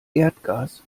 erdgas